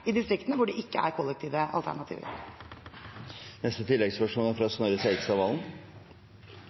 i distriktene, hvor det ikke er kollektive alternativer.